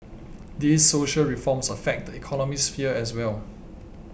these social reforms affect the economic sphere as well